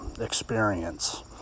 experience